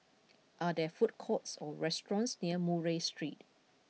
are there food courts or restaurants near Murray Street